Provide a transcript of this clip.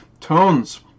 tones